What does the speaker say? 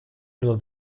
nur